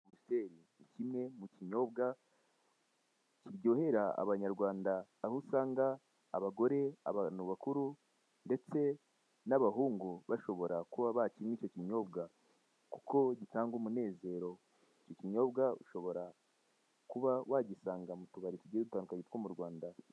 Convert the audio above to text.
Amusiteri ni kimwe mu kinyobwa kiryohera Abanyarwanda aho usanga abagore, abantu bakuru ndetse n'abahungu bashobora kuba bakinywa icyo kinyobwa kuko gitanga umunezero. Icyo kinyobwa ushobora kuba wagisanga mu tubari tugiye dutandukanye two mu Rwanda